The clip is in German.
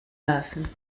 lassen